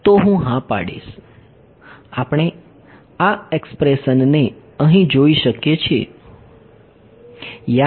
તો હું હા પાડીશ આપણે આ એક્સપ્રેશનને અહીં જોઈ શકીએ છીએ